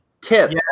tip